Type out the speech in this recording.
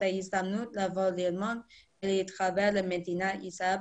את ההזדמנות לבוא ללמוד ולהתחבר למדינת ישראל.